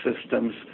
systems